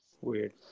Weird